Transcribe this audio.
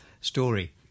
story